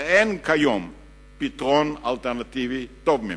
ואין כיום פתרון אלטרנטיבי טוב ממנו.